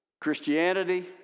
Christianity